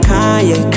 Kanye